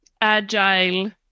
agile